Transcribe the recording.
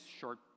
short